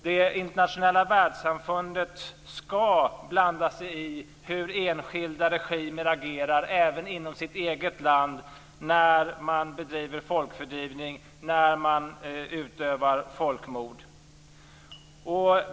Det internationella världssamfundet skall blanda sig i hur enskilda regimer agerar även inom sitt eget land när man bedriver folkfördrivning och när man utövar folkmord.